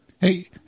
Hey